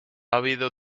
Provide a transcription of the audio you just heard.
habido